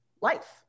life